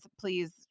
please